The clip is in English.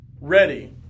Ready